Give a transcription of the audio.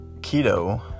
keto